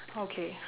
okay